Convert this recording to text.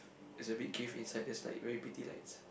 there's a big cave inside there's like very pretty lights